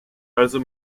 also